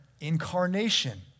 incarnation